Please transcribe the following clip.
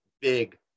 big